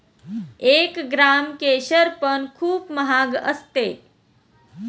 एक ग्राम केशर पण खूप महाग असते